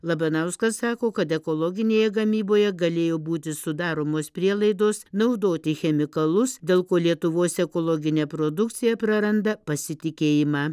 labanauskas sako kad ekologinėje gamyboje galėjo būti sudaromos prielaidos naudoti chemikalus dėl ko lietuvos ekologinė produkcija praranda pasitikėjimą